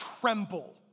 tremble